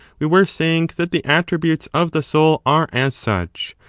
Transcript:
we were saying that the attributes of the soul are as such,